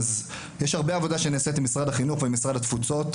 אז יש הרבה עבודה שנעשית עם משרד החינוך ועם משרד התפוצות,